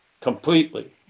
completely